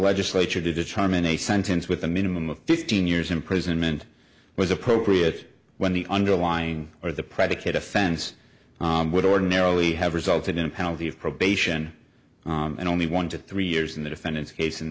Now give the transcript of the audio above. legislature to determine a sentence with a minimum of fifteen years imprisonment was appropriate when the underlying or the predicate offense would ordinarily have resulted in a penalty of probation and only one to three years in the defendant's case in